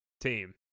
team